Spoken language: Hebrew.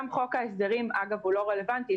גם חוק ההסדרים הוא לא רלוונטי,